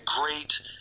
great